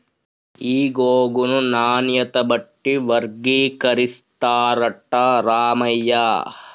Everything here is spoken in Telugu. ఈ గోగును నాణ్యత బట్టి వర్గీకరిస్తారట రామయ్య